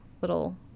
little